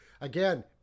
Again